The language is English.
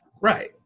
Right